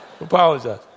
Apologize